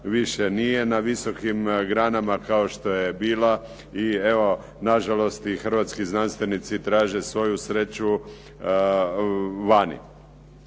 više nije na visokim granama kao što je bila. I evo, nažalost i hrvatski znanstvenici traže svoju sreću vani.